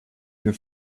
your